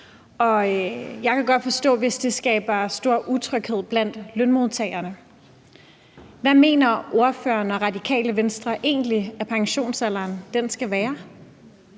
Jeg kan godt forstå det, hvis det skaber stor utryghed blandt lønmodtagerne. Hvad mener ordføreren og Radikale Venstre egentlig at pensionsalderen skal være?